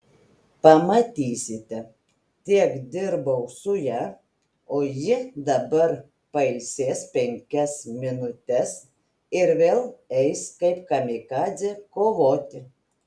pamatysite tiek dirbau su ja o ji dabar pailsės penkias minutes ir vėl eis kaip kamikadzė kovoti